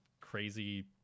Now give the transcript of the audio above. crazy